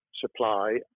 supply